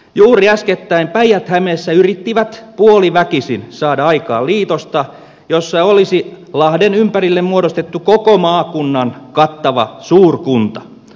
juuri äskettäin päijät hämeessä yrittivät puoliväkisin saada aikaan liitosta jossa olisi lahden ympärille muodostettu koko maakunnan kattava suurkunta